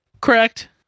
Correct